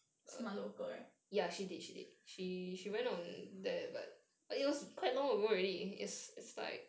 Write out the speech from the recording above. the smart local right